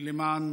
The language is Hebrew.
למען